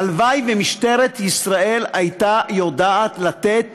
הלוואי שמשטרת ישראל הייתה יודעת לתת